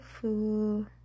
fool